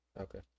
Okay